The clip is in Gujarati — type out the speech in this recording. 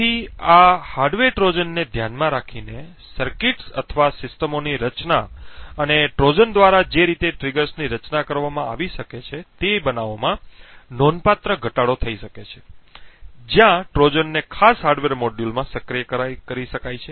તેથી આ હાર્ડવેર ટ્રોજનને ધ્યાનમાં રાખીને સર્કિટ્સ અથવા સિસ્ટમોની રચના અને ટ્રોજન દ્વારા જે રીતે ટ્રિગર્સની રચના કરવામાં આવી શકે છે તે બનાવોમાં નોંધપાત્ર ઘટાડો થઈ શકે છે જ્યાં ટ્રોજનને ખાસ હાર્ડવેર મોડ્યુલમાં સક્રિય કરી શકાય છે